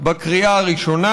בקריאה הראשונה,